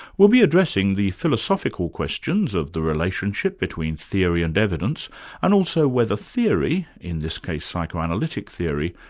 we'll be addressing the philosophical questions of the relationship between theory and evidence and also whether theory, in this case psychoanalytic theory,